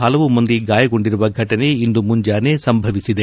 ಹಲವು ಮಂದಿ ಗಾಯಗೊಂಡಿರುವ ಘಟನೆ ಇಂದು ಮುಂಜಾನೆ ಸಂಭವಿಸಿದೆ